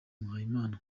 muhayimana